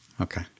Okay